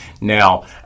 Now